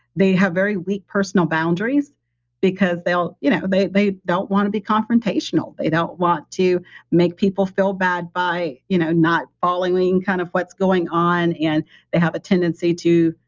they have very weak personal boundaries because you know they they don't want to be confrontational. they don't want to make people feel bad by you know not following kind of what's going on and they have a tendency to,